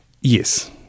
Yes